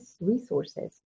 resources